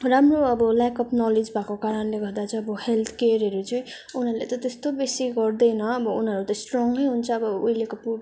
राम्रो अब ल्याक अब् नलेज भएको कारणले गर्दा चाहिँ अब हेल्थ केयरहरू चाहिँ उनीहरूले चाहिँ त्यस्तो बेसी गर्दैन अब उनीहरू त स्ट्रङ हुन्छ अब उहिलेको पु